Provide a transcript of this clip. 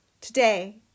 today